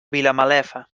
vilamalefa